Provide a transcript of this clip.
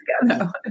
together